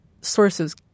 sources